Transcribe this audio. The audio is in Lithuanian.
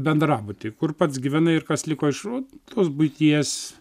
bendrabuty kur pats gyvenai ir kas liko iš vat tos buities